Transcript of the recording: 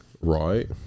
Right